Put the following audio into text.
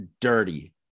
dirty